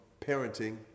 parenting